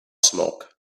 smoke